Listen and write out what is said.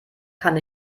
kann